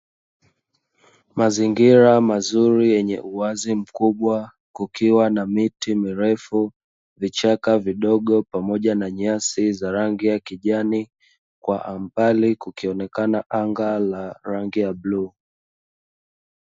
Mazingira mazuri yenye uwazi mkubwa. Kukiwa na miti mirefu, vichaka vidogo pamoja na nyasi za rangi ya kijani. Kwa mbali kukionekana anga la rangi ya bluu.